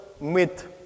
myth